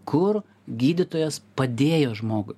kur gydytojas padėjo žmogui